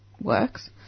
works